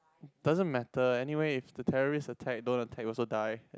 doesn't matter anyway if the terrorists attack don't attack also die